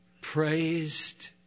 praised